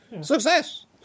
success